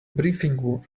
briefing